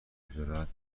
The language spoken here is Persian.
تجارت